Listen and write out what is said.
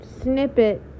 snippet